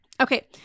Okay